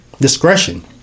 discretion